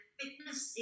fitness